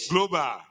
Global